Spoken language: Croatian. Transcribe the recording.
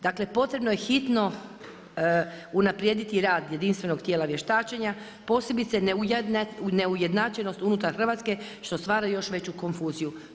Dakle potrebno je hitno unaprijediti rad Jedinstvenog tijela vještačenja posebice neujednačenost unutar Hrvatske što stvara još veću konfuziju.